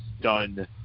done